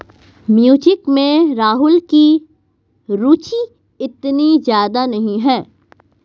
music में राहुल की रुचि इतनी ज्यादा नहीं है